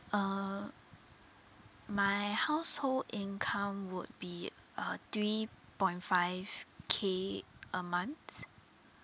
uh my household income would be uh three point five K a month